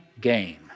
game